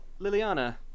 Liliana